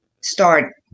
start